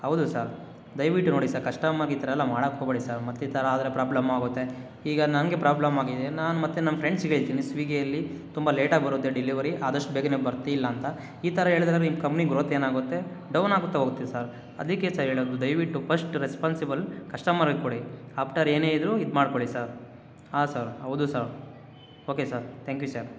ಹೌದು ಸರ್ ದಯ್ವಿಟ್ಟು ನೋಡಿ ಸರ್ ಕಸ್ಟಮರ್ಗೆ ಈ ಥರ ಎಲ್ಲ ಮಾಡೋಕೆ ಹೋಗಬೇಡಿ ಸರ್ ಮತ್ತು ಈ ಥರ ಆದರೆ ಪ್ರಾಬ್ಲಮ್ ಆಗುತ್ತೆ ಈಗ ನಮಗೆ ಪ್ರಾಬ್ಲಮ್ ಆಗಿದೆ ನಾನು ಮತ್ತು ನಮ್ಮ ಫ್ರೆಂಡ್ಸ್ಗೆ ಹೇಳ್ತೀನಿ ಸ್ವೀಗ್ಗಿಯಲ್ಲಿ ತುಂಬ ಲೇಟಾಗಿ ಬರುತ್ತೆ ಡೆಲಿವರಿ ಆದಷ್ಟು ಬೇಗನೇ ಬರ್ತಿಲ್ಲ ಅಂತ ಈ ಥರ ಹೇಳಿದರೆ ನಿಮ್ಮ ಕಂಪ್ನಿ ಗ್ರೋಥ್ ಏನಾಗುತ್ತೆ ಡೌನ್ ಆಗುತ್ತಾ ಹೋಗುತ್ತೆ ಸರ್ ಅದಕ್ಕೆ ಸರ್ ಹೇಳೋದು ದಯವಿಟ್ಟು ಫಸ್ಟ್ ರೆಸ್ಪಾನ್ಸಿಬಲ್ ಕಸ್ಟಮರಿಗೆ ಕೊಡಿ ಅಪ್ಟರ್ ಏನೇ ಇದ್ದರೂ ಇದು ಮಾಡಿಕೊಳ್ಳಿ ಸರ್ ಹಾಂ ಸರ್ ಹೌದು sir okay sir thank you sir